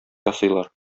ясыйлар